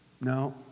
no